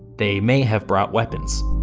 they may have brought weapons.